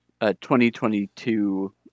2022